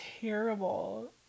terrible